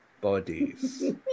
bodies